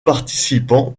participant